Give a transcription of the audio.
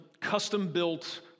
custom-built